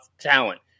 talent